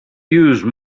use